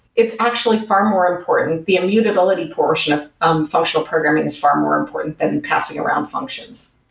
it's actually far more important the immutability portion of um functional programming is far more important than passing around functions.